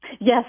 Yes